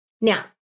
Now